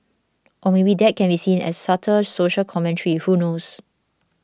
or maybe that can be seen as subtle social commentary who knows